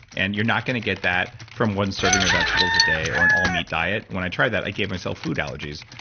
and you're not going to get that from one serving of vegetables a day or an all meat diet. when i tried that, i gave myself food allergies.